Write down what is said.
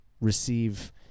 receive